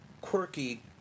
quirky